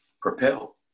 propel